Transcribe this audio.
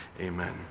amen